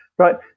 Right